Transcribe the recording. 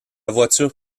voiture